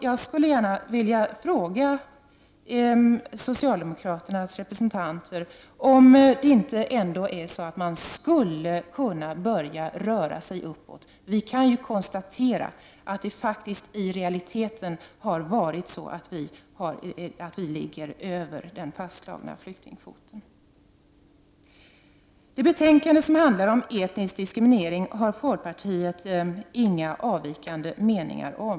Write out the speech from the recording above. Jag skulle gärna vilja fråga socialdemokraternas representanter om man ändå inte skulle kunna börja röra sig uppåt. Det kan ju konstateras att mottagandet i realiteten ligger över den fastslagna flyktingkvoten. Det betänkande som handlar om etnisk diskriminering har folkpartiet inga avvikande meningar om.